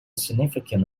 significant